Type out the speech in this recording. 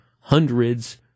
hundreds